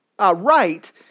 right